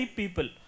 people